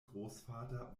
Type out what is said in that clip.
großvater